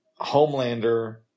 Homelander